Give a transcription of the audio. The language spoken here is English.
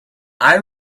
eye